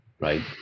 right